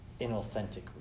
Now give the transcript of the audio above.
inauthentic